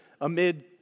amid